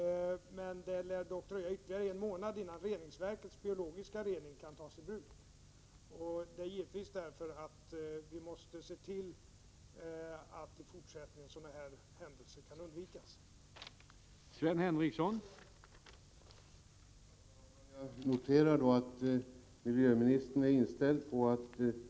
Det lär dock dröja ytterligare en månad innan reningsverkets biologiska rening kan tas i bruk. Det är givetvis därför som vi måste se till att sådana här händelser kan undvikas i fortsättningen.